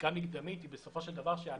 לבדיקה מקדמית, בסופו של דבר אנחנו